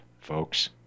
folks